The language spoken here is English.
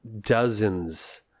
dozens